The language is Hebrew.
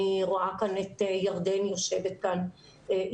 אני רואה כאן את ירדן שיושבת אתנו,